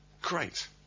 Great